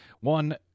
One